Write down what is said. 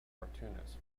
cartoonist